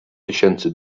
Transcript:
tysięcy